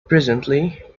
presently